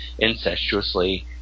incestuously